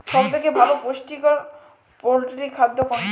সব থেকে ভালো পুষ্টিকর পোল্ট্রী খাদ্য কোনটি?